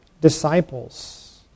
disciples